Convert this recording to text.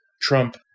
Trump